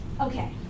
Okay